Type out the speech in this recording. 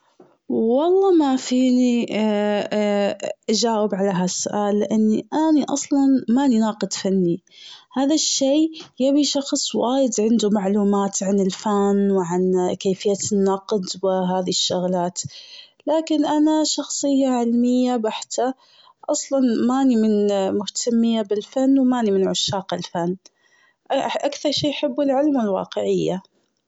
والله ما فيني أجاوب على هالسؤال لأني أني أصلاً ماني ناقد فني. هذا الشي يبي شخص وايد عنده معلومات عن الفن و عن كيفية النقد وهذي الشغلات. لكن أنا شخصية علمية بحتة. أصلاً ماني من مهتمية بالفن و ماني من عشاق الفن. أكثر شيء بحبه العلم الواقعية.